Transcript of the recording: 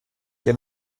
que